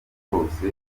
rwose